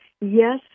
Yes